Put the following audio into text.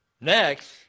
Next